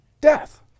Death